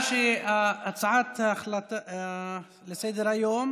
ההצעה לסדר-היום